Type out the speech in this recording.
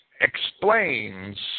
explains